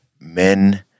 men